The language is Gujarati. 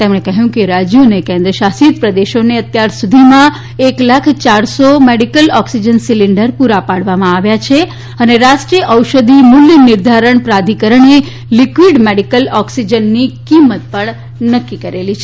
તેમણે કહ્યું કે રાજ્યો અને કેન્દ્ર શાસિત પ્રદેશોને અત્યાર સુધીમાં એક લાખ યારસો મેડીકલ ઓક્સીજન સીલીન્ડર પૂરા પાડવામાં આવ્યા છે અને રાષ્ટ્રીય ઔષધિ મૂલ્ય નિર્ધારણ પ્રાધિકરણે લિક્વીડ મેડીકલ ઓક્સીજનની કિંમત પણ નક્કી કરેલી છે